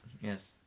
Yes